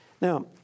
Now